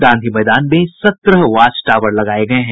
गांधी मैदान में सत्रह watch tower लगाये गये हैं